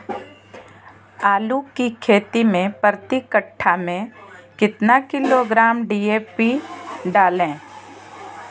आलू की खेती मे प्रति कट्ठा में कितना किलोग्राम डी.ए.पी डाले?